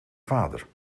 vader